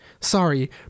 Sorry